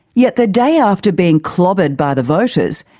yet the day after being clobbered by the voters,